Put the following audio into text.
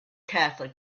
catholic